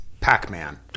Pac-Man